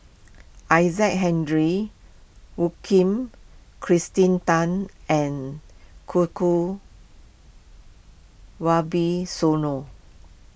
Isaac Henry woo king Kirsten Tan and koo koo Wibisono